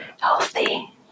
healthy